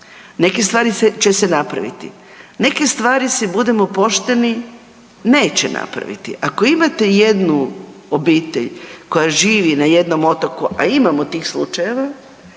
neke stvari će se napraviti, neke stvari si budimo pošteni neće napraviti, ako imate jednu obitelj koja živi na jednom otoku, a imamo tih slučajeva